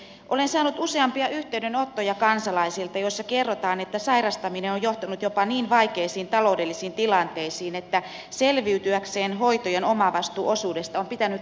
olen saanut kansalaisilta useampia yhteydenottoja joissa kerrotaan että sairastaminen on johtanut jopa niin vaikeisiin taloudellisiin tilanteisiin että selviytyäkseen hoitojen omavastuuosuudesta on pitänyt ottaa lainaa